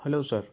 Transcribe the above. hello sir